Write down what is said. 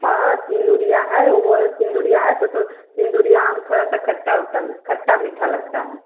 हाँ सिंदुरिया है वो है सिंदुरिया है तो तो सिंदुरिया आम थोड़ा सा खट्टा उट्टा खट्टा मीठा लगता है